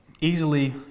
easily